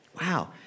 Wow